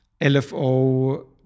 LFO